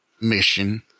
mission